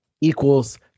Equals